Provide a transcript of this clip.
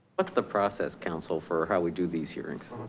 what's the process council for how we do these hearings.